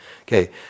Okay